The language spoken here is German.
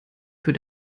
für